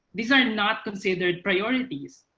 these are not considered priorities.